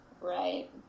Right